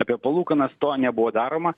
apie palūkanas to nebuvo daroma